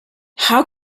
how